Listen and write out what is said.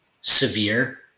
severe